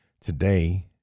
Today